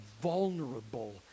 vulnerable